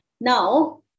Now